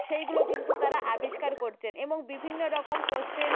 সেইগুলো কিন্তু তারা আবিষ্কার করছেন এবং বিভিন্ন রকম কোয়েশ্চেন